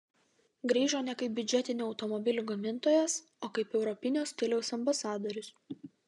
grįžo ne kaip biudžetinių automobilių gamintojas o kaip europinio stiliaus ambasadorius